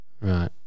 Right